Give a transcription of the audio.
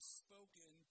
spoken